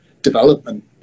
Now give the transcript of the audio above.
development